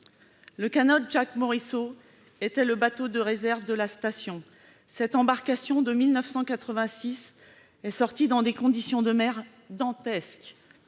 Le canot était le bateau de réserve de la station. Cette embarcation de 1986 est sortie dans des conditions de mer dantesques.